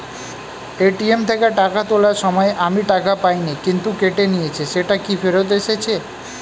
ATM থেকে টাকা তোলার সময় আমি টাকা পাইনি কিন্তু কেটে নিয়েছে সেটা কি ফেরত এসেছে?